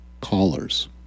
callers